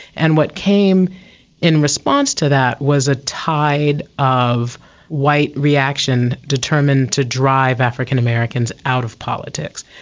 and what came in response to that was a tide of white reaction determined to drive african americans out of politics.